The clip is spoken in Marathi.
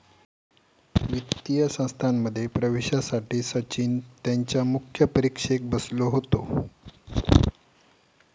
वित्तीय संस्थांमध्ये प्रवेशासाठी सचिन त्यांच्या मुख्य परीक्षेक बसलो होतो